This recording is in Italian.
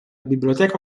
biblioteca